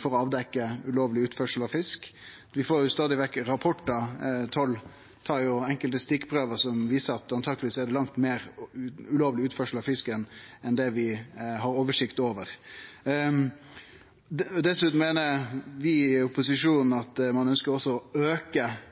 for å avdekkje ulovleg utførsel av fisk. Vi får jo stadig vekk rapportar, tollen tar enkelte stikkprøver som viser at det antakeleg er langt meir ulovleg utførsel av fisk enn det vi har oversikt over. Dessutan ønskjer vi i opposisjonen også å auke